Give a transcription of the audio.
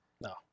No